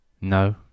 No